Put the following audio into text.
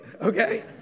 okay